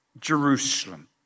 Jerusalem